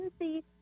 see